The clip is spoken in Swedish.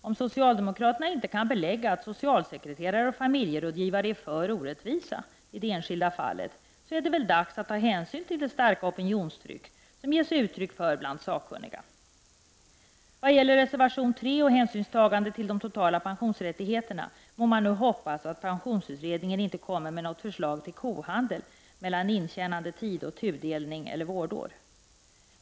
Om socialdemokraterna inte kan belägga att socialsekreterare och familjerådgivare är för orättvisa i det enskilda fallet är det väl dags att ta hänsyn till det starka opinionstryck som ges uttryck för bland sakkunniga. Vad gäller reservation 3 och hänsynstagande till de totala pensionsrättigheterna, må man nu hoppas att pensionsutredningen inte kommer med något förslag till kohandel mellan intjänandetid och tudelning eller vårdår.